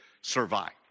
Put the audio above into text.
survive